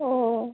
ও